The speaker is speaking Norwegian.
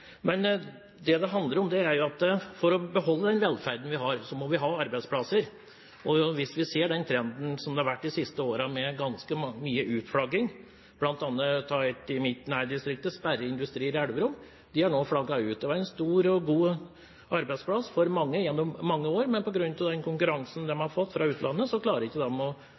at for å beholde velferden vi har, må vi ha arbeidsplasser. Vi ser den trenden som har vært de siste årene med ganske mye utflagging, bl.a. har Sperre Støperi i mitt nærdistrikt, Elverum, nå flagget ut. Det var en stor og god arbeidsplass for mange gjennom mange år, men på grunn av konkurransen de har fått fra utlandet, klarer de ikke